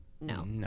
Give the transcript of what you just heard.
No